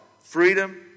Freedom